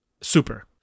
super